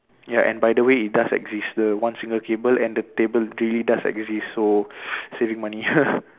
ya and by the way it does exist the one single cable and the table really does exist so saving money